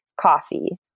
Coffee